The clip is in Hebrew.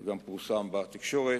זה גם פורסם בתקשורת.